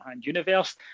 Universe